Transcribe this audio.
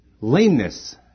Lameness